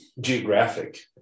Geographic